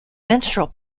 menstrual